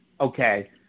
Okay